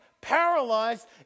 paralyzed